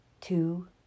two